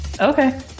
Okay